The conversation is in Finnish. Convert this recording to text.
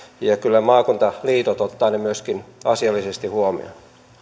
ja kyllä maakuntaliitot ottavat ne myöskin asiallisesti huomioon